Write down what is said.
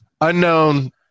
unknown